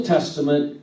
Testament